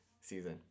season